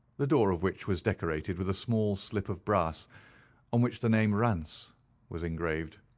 the door of which was decorated with a small slip of brass on which the name rance was engraved.